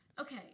okay